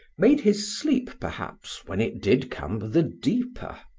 made his sleep perhaps, when it did come, the deeper.